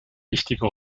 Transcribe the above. wichtige